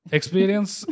Experience